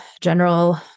general